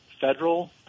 federal